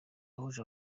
wahuje